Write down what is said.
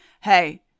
hey